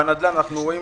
בנדל"ן אנחנו רואים